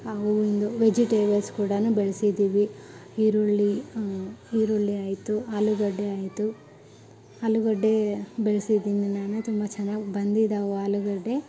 ಆ ಒಂದು ವೆಜಿಟೇಬಲ್ಸ್ ಕೂಡಾನೂ ಬೆಳ್ಸಿದೀವಿ ಈರುಳ್ಳಿ ಈರುಳ್ಳಿ ಆಯಿತು ಆಲೂಗಡ್ಡೆ ಆಯಿತು ಆಲೂಗಡ್ಡೆ ಬೆಳ್ಸಿದೀವಿ ನಾನು ತುಂಬ ಚೆನ್ನಾಗ್ ಬಂದಿದಾವೆ ಆಲೂಗಡ್ಡೆ